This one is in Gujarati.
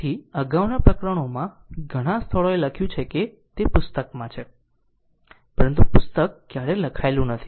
તેથી અગાઉના પ્રકરણોમાં ઘણા સ્થળોએ લખ્યું છે કે તે પુસ્તકમાં છે પરંતુ પુસ્તક ક્યારેય લખાયેલું નથી